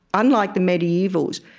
unlike the medievals,